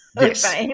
Yes